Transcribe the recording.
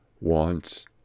wants